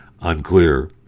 Unclear